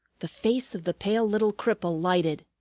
the face of the pale little cripple lighted.